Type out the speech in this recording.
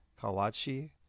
Kawachi